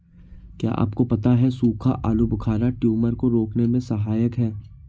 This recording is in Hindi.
क्या आपको पता है सूखा आलूबुखारा ट्यूमर को रोकने में सहायक है?